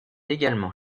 également